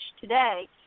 today